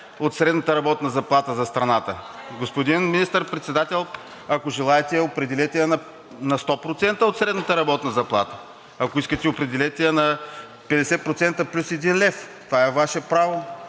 от средната работна заплата за страната“. Господин Министър-председател, ако желаете, определете я на 100% от средната работна заплата. Ако искате, определят я на 50% плюс 1 лв. Това е Ваше право.